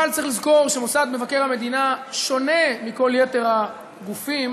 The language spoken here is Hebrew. אבל צריך לזכור שמוסד מבקר המדינה שונה מכל יתר הגופים